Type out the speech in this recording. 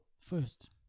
first